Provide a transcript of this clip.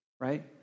right